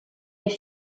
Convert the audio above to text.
est